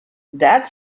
that